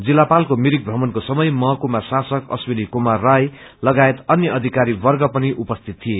जिल्लापालको मिरिक प्रमणको समय महकूमा शासक अश्विनी कुमार राय लगायत अन्य अधिकारी वर्ग पनि उपस्थित थिए